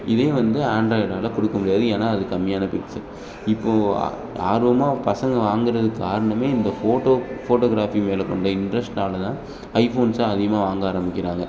இதே வந்து ஆண்ட்ராய்ட்னால் கொடுக்க முடியாது ஏனால் அது கம்மியான பிக்சல் இப்போது ஆ ஆர்வமாக பசங்கள் வாங்குவது காரணமே இந்த ஃபோட்டோ ஃபோட்டோக்ராஃபி மேல் கொண்ட இன்ட்ரெஸ்ட்னால் தான் ஐஃபோன்ஸை அதிகமாக வாங்க ஆரம்பிக்கிறாங்க